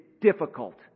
difficult